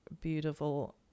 beautiful